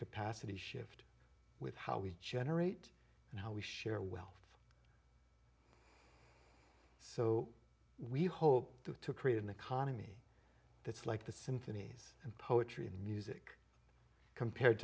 capacity shift with how we generate and how we share wealth so we hope to create an economy that's like the symphonies and poetry and music compared